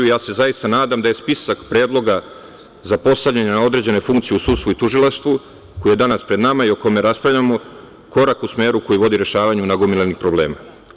Zaista se nadam da je spisak predloga za postavljanje na određene funkcije u sudstvu i tužilaštvu, koji je danas pred nama i o kome raspravljamo, korak u smeru koji vodi rešavanju nagomilanih problema.